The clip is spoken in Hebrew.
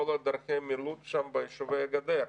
בכל דרכי המילוט ביישובי הגדר.